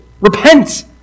repent